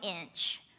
inch